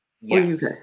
Yes